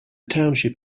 township